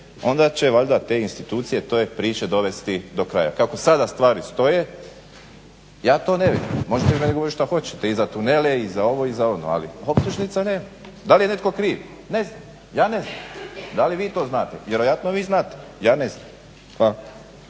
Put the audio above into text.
onda će valjda te institucije te priče dovesti do kraja. Kako sada stvari stoje ja to ne vidim. Možete vi meni govoriti što hoćete i za tunele i za ovo i za ono, ali optužnica nema. Da li je netko kriv? Ne znam, ja ne znam. Da li vi to znate? Vjerojatno vi znate, ja ne znam. Hvala.